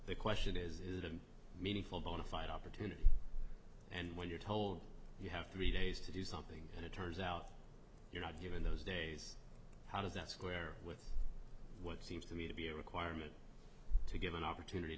the question is is that a meaningful bona fide opportunity and when you're told you have three days to do something and it turns out you're not given those days how does that square with what seems to me to be a requirement to give an opportunity